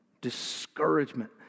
Discouragement